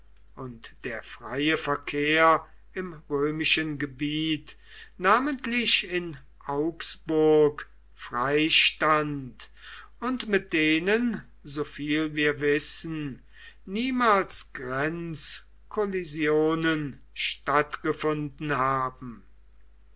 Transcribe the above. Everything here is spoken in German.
und der freie verkehr im römischen gebiet namentlich in augsburg freistand und mit denen soviel wir wissen niemals grenzkollisionen stattgefunden haben